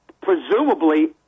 presumably